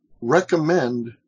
recommend